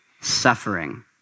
suffering